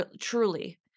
truly